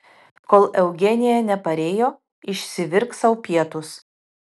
kol eugenija neparėjo išsivirk sau pietus